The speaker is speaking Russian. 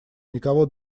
никого